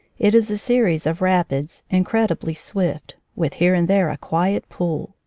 it is a series of rapids, incredibly swift, with here and there a quiet pool.